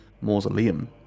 mausoleum